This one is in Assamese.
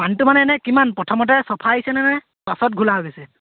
পানীটো মানে এনেই কিমান প্ৰথমতে চাফা আহছেনে নে পাছত ঘোলা হৈ গৈছে